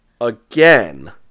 Again